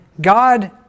God